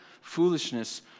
foolishness